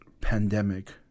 pandemic